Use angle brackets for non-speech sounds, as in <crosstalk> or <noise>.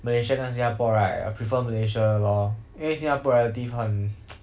malaysian 跟新加坡 right I will prefer malaysia lor 因为新加坡 relative 很 <noise>